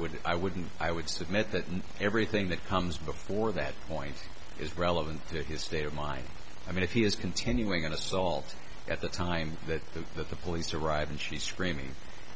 would i wouldn't i would submit that everything that comes before that point is relevant to his state of mind i mean if he is continuing an assault at the time that the the police arrive and she's screaming